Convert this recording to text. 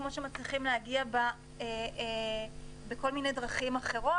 כמו שמצליחים להגיע בכל מיני דרכים אחרות.